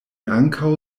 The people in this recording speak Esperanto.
ankaŭ